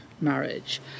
marriage